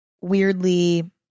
weirdly